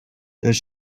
does